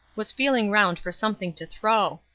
was feeling round for something to throw.